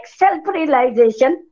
self-realization